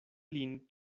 lin